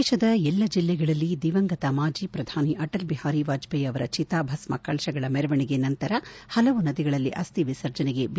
ದೇಶದ ಎಲ್ಲಾ ಜಿಲ್ಲೆಗಳಲ್ಲಿ ದಿವಂಗತ ಮಾಜಿ ಪ್ರಧಾನಿ ಅಟಲ್ ಬಿಹಾರಿ ವಾಜಪೇಯಿ ಅವರ ಚಿತಾಭಸ್ನ ಕಳಶಗಳ ಮೆರವಣಿಗೆ ನಂತರ ಹಲವು ನದಿಗಳಲ್ಲಿ ಅಸ್ತಿ ವಿಸರ್ಜನೆಗೆ ಬಿಜೆಪಿ ಸಿದ್ದತೆ